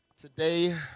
Today